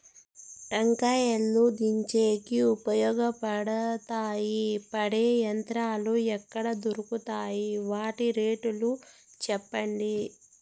టెంకాయలు దించేకి ఉపయోగపడతాయి పడే యంత్రాలు ఎక్కడ దొరుకుతాయి? వాటి రేట్లు చెప్పండి?